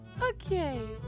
Okay